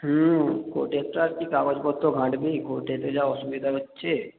হুম কোর্টের তো আর কি কাগজপত্র ঘাটবি কোর্টেতে যা অসুবিধা হচ্ছে